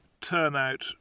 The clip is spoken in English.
turnout